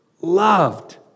Loved